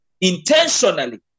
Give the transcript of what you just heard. intentionally